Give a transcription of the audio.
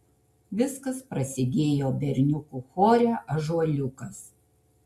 viskas prasidėjo berniukų chore ąžuoliukas